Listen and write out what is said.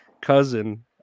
cousin